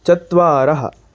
चत्वारः